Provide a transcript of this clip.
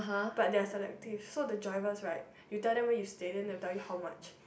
but they are selective so the drivers right you tell them where you stay and they'll tell you how much